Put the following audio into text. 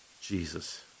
Jesus